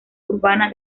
urbana